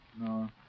No